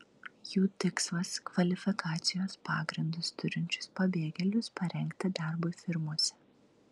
jų tikslas kvalifikacijos pagrindus turinčius pabėgėlius parengti darbui firmose